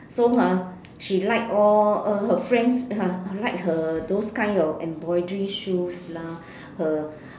so ha she like all uh her friends l~ like her those kinds of embroidery shoes lah her